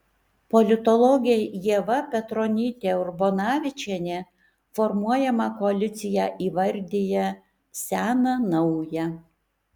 politologė ieva petronytė urbonavičienė formuojamą koaliciją įvardija sena nauja